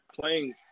playing